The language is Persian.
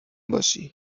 باشی